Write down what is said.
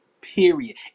period